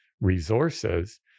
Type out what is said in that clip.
resources